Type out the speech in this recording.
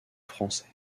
français